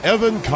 Evan